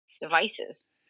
devices